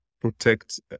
protect